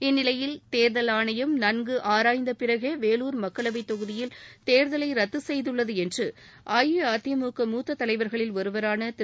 இந்நிலையில் தேர்தல் ஆணையம் நன்கு ஆராய்ந்த பிறகே வேலூர் மக்களவைத் தொகுதியில் தேர்தலை ரத்து செய்துள்ளது என்று அஇஅதிமுக மூத்த தலைவர்களில் ஒருவரான திரு